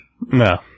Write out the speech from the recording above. No